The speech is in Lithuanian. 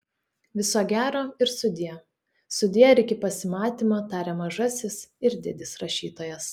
viso gero ir sudie sudie ir iki pasimatymo taria mažasis ir didis rašytojas